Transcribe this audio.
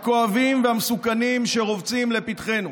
הכואבים והמסוכנים שרובצים לפתחנו.